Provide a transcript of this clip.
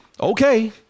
okay